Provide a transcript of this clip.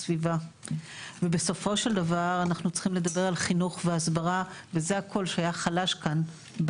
חינוך והסברה ולא רק בבתי הספר ולא רק ביזמות אלא גם בקהילה,